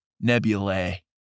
nebulae